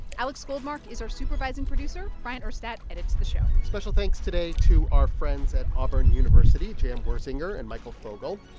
alex goldmark is our supervising producer. bryant urstadt urstadt edits the show special thanks today to our friends at auburn university, j m wersinger and michael fogle.